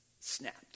snapped